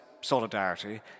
solidarity